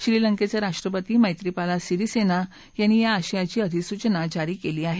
श्रीलंकेचे राष्ट्रपती मैत्रीपाला सिरिसेना यांनी या आशयाची अधिसूचना जारी केली आहे